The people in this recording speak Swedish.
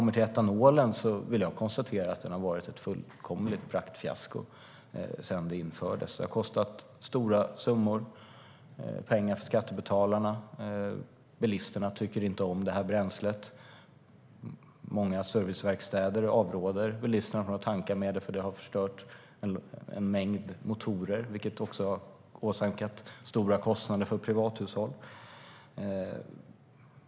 Etanolen har varit ett fullkomligt praktfiasko som kostat skattebetalarna stora summor pengar. Bilisterna tycker inte om det här bränslet. Många serviceverkstäder avråder bilisterna från att tanka med det, för det har förstört en mängd motorer, vilket har åsamkat privathushåll stora kostnader.